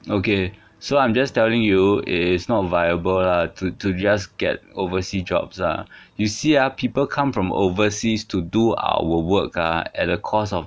okay so I'm just telling you it is not viable lah to to just get oversea jobs lah you see ah people come from overseas to do our work ah at a cost of